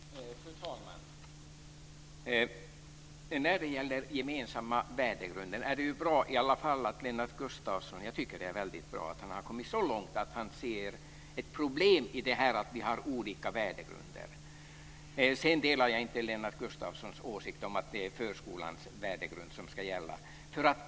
Fru talman! När det gäller den gemensamma värdegrunden är det bra att Lennart Gustavsson har kommit så långt att han ser ett problem i att det finns olika värdegrunder. Sedan delar jag inte Lennart Gustavssons åsikt om att det är förskolans värdegrund som ska gälla.